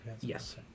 Yes